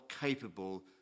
capable